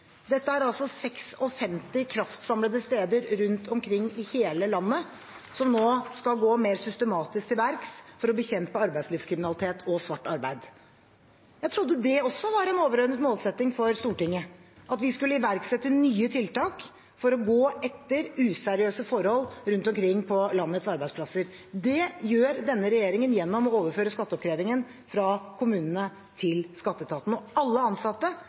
Dette er altså 56 kraftsamlede steder rundt omkring i hele landet som nå skal gå mer systematisk til verks for å bekjempe arbeidslivskriminalitet og svart arbeid. Jeg trodde det også var en overordnet målsetting for Stortinget – at vi skulle iverksette nye tiltak for å gå etter useriøse forhold rundt omkring på landets arbeidsplasser. Det gjør denne regjeringen gjennom å overføre skatteoppkrevingen fra kommunene til skatteetaten, og alle ansatte